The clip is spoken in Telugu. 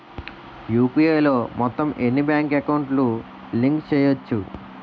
యు.పి.ఐ లో మొత్తం ఎన్ని బ్యాంక్ అకౌంట్ లు లింక్ చేయచ్చు?